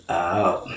out